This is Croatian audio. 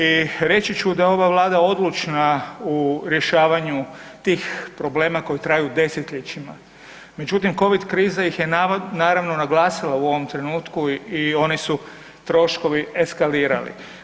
I reći ću da ova Vlada odlučna u rješavanju tih problema koji traju desetljećima, međutim covid kriza ih je naravno naglasila u ovom trenutku i oni su troškovi eskalirali.